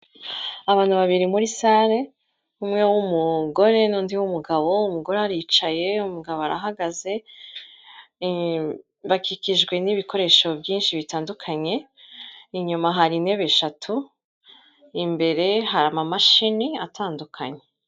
Abantu babiri muri salle, umwe w'umugore n'undi mugabo, umugore aricaye, umugabo arahagaze, bakikijwe n'ibikoresho byinshi bitandukanye, inyuma hari intebe eshatu, imbere hari amamashini atandukanye.